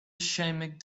ashamed